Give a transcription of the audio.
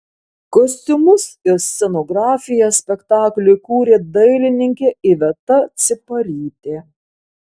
kostiumus ir scenografiją spektakliui kūrė dailininkė iveta ciparytė